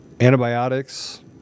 antibiotics